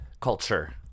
culture